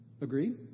Agree